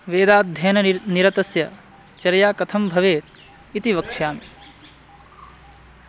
वेदाध्ययने नि निरतस्य चर्या कथं भवेत् इति वक्ष्यामि